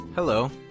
Hello